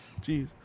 Jeez